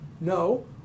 No